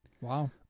Wow